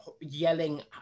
yelling